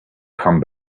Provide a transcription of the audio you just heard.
come